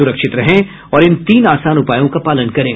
सुरक्षित रहें और इन तीन आसान उपायों का पालन करें